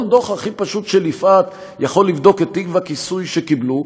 כל דוח הכי פשוט של יפעת יכול לבדוק את טיב הכיסוי שקיבלו.